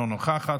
אינה נוכחת,